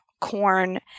corn